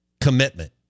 commitment